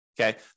Okay